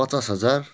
पचास हजार